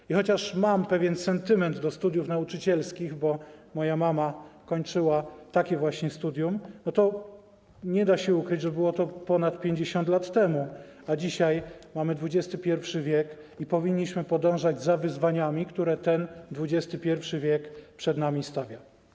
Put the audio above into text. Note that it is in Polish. I chociaż mam pewien sentyment do studiów nauczycielskich, bo moja mama kończyła takie właśnie studium, to nie da się ukryć, że było to ponad 50 lat temu, a dzisiaj mamy XXI w. i powinniśmy podążać za wyzwaniami, które ten XXI w. przed nami stawia.